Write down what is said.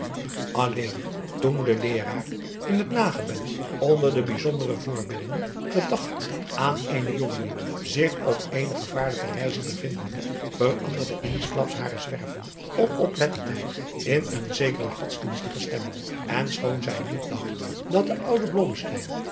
alleen toen de leeraar in het nagebed onder de bijzondere voorbiddingen gedacht aan eenen jongeling zich op eene gevaarlijke reize bevindende veranderde eensklaps hare zwervende onoplettendheid in eene zekere godsdienstige stemming en schoon zij niet dacht dat de oude